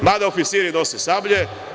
Mada oficiri nose sablje.